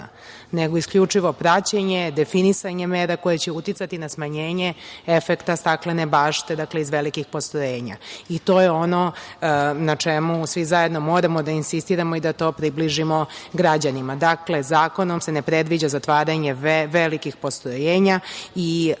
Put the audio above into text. nego isključivo praćenje, definisanje mera koje će uticati na smanjenje efekta staklene bašte, dakle iz velikih postrojenja. I to je ono na čemu svi zajedno moramo da insistiramo i da to približimo građanima. Dakle, zakonom se ne predviđa zatvaranje velikih postrojenja i bilo